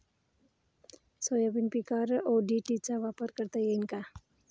Soybean पिकावर ODT चा वापर करता येईन का?